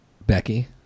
Becky